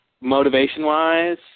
motivation-wise